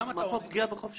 מישהו פוגע פה בחופש